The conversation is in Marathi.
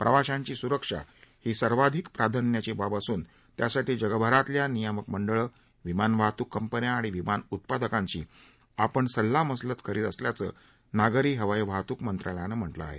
प्रवाशांची सुरक्षा ही सर्वाधिक प्राधान्याची बाब असून त्यासाठी जगभरातल्या नियामक मंडळं विमान वाहतूक कंपन्या आणि विमान उत्पादकांशी आपण सल्लामसलत करीत असल्याचं नागरी हवाई वाहतूक मंत्रालयानं म्हटलं आहे